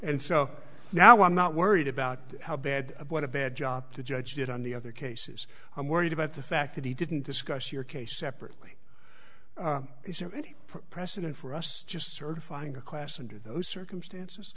and so now i'm not worried about how bad what a bad job to judge did on the other cases i'm worried about the fact that he didn't discuss your case separately is there any precedent for us just certifying a class under those circumstances